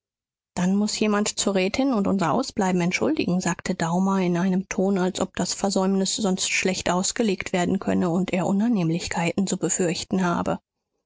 dann muß jemand zur rätin und unser ausbleiben entschuldigen sagte daumer in einem ton als ob das versäumnis sonst schlecht ausgelegt werden könne und er unannehmlichkeiten zu befürchten habe